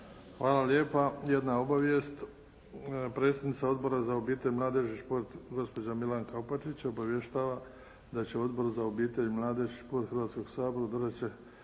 Hvala lijepa. Jedna obavijest, predsjednica Odbora za obitelj, mladež i šport gospođa Milanka Opačić obavještava da će Odbor za obitelj, mladež i šport Hrvatskog sabora održat